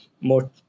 more